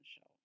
show